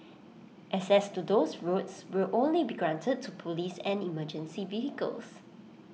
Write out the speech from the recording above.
access to those roads will only be granted to Police and emergency vehicles